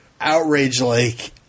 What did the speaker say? outrage-like